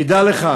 תדע לך,